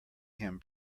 him